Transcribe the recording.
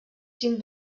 cinc